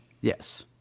Yes